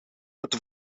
het